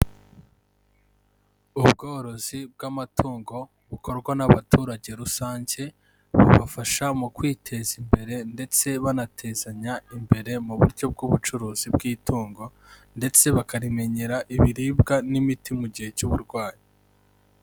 Ubworozi bw'amatungo, bukorwa n'abaturage rusange, bubafasha mu kwiteza imbere ndetse banatezanya imbere mu buryo bw'ubucuruzi bw'itungo, ndetse bakarimenyera ibiribwa n'imiti mu gihe cy'uburwayi.